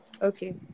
Okay